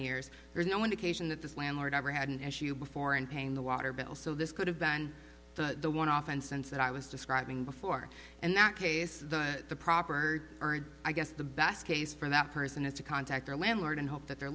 years there's no indication that this landlord ever had an issue before in paying the water bill so this could have been the one off and sense that i was describing before and that case that the proper erd i guess the best case for that person is to contact their landlord and hope that their